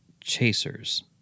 Chasers